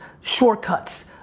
shortcuts